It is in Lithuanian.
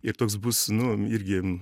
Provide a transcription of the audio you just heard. ir toks bus nu irgi